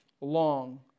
long